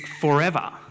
forever